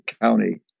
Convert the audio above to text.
County